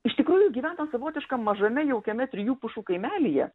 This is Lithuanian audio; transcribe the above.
iš tikrųjų gyvena savotiškam mažame jaukiame trijų pušų kaimelyje